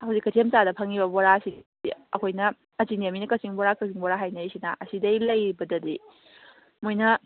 ꯍꯧꯖꯤꯛ ꯀꯩꯊꯦꯜ ꯃꯆꯥꯗ ꯐꯪꯏꯕ ꯕꯣꯔꯥꯁꯤꯗꯤ ꯑꯩꯈꯣꯏꯅ ꯑꯁꯤꯅꯦ ꯃꯤꯅ ꯀꯛꯆꯤꯡ ꯕꯣꯔꯥ ꯀꯛꯆꯤꯡ ꯕꯣꯔꯥ ꯍꯥꯏꯅꯩꯁꯤꯅ ꯑꯁꯤꯗꯒꯤ ꯂꯩꯕꯗꯗꯤ ꯃꯣꯏꯅ